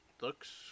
Looks